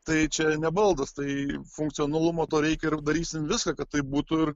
tai čia ne baldas tai funkcionalumo to reikia ir darysim viską kad tai būtų ir